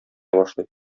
башлый